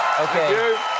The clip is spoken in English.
Okay